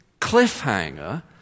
cliffhanger